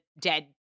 dead